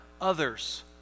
others